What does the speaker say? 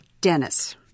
Dennis